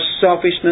selfishness